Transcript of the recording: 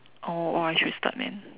oh !wah! I should start man